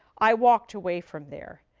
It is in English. i walked away from there.